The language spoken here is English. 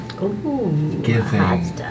giving